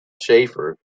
shafer